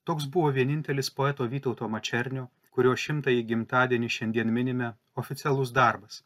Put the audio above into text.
toks buvo vienintelis poeto vytauto mačernio kurio šimtąjį gimtadienį šiandien minime oficialus darbas